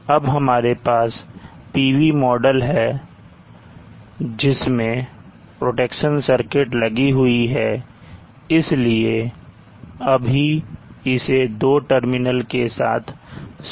अब हमारे पास PV मॉडल है जिसमें प्रोटेक्शन सर्किट लगी हुई है इसलिए अभी इसे दो टर्मिनल के साथ समाप्त करें